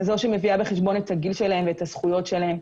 שמביאה בחשבון את גילם ואת זכויותיהם.